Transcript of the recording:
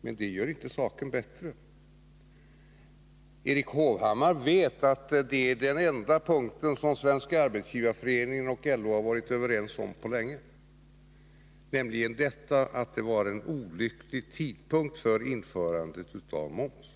Men det gör inte saken bättre. Erik Hovhammar vet att den enda punkt som Svenska arbetsgivareföreningen och LO har varit överens om på länge var det faktum att tidpunkten för detta var olycklig.